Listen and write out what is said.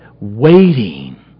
waiting